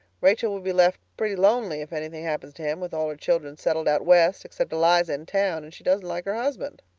rachel will be left pretty lonely if anything happens to him, with all her children settled out west, except eliza in town and she doesn't like her husband.